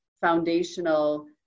foundational